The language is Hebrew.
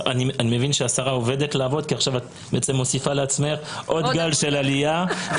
אני מבין שהשרה אוהבת לעבוד כי את בעצם מוסיפה לעצמך עוד גל של עלייה.